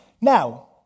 Now